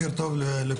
בוקר טוב לכולם,